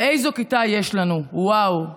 ואיזו כיתה יש לנו, וואו.